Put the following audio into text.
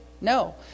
No